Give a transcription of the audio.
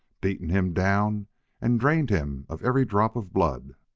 beaten him down and drained him of every drop of blood.